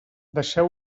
deixeu